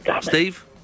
Steve